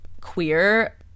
queer